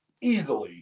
easily